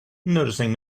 noticing